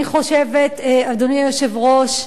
אני חושבת, אדוני היושב-ראש,